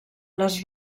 les